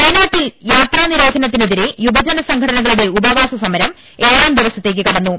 വയനാട്ടിൽ യാത്രാ നിരോധനത്തിനെതിരെ യുവജന സംഘ ടനകളുടെ ഉപവാസ സമരം ഏഴാം ദിവസത്തേക്ക് കടന്നു